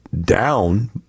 down